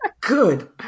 Good